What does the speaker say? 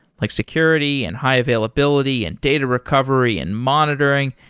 like security, and high-availability, and data recovery, and monitoring,